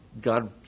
God